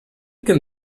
can